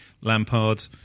Lampard